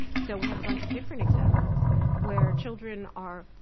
so we have a bunch of different examples where children are,